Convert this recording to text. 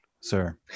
sir